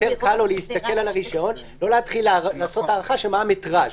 יותר קל לו להסתכל על הרישיון ולא להתחיל לעשות הערכה מה המטראז'.